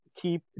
keep